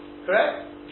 Correct